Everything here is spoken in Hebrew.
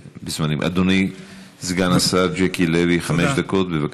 אדוני סגן השר ג'קי לוי, חמש דקות, בבקשה.